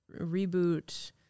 reboot